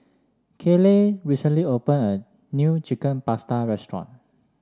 Kayleigh recently open a new Chicken Pasta restaurant